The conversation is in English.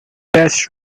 bas